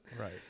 Right